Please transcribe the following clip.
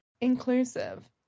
inclusive